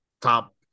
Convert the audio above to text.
top